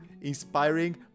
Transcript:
inspiring